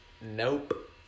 Nope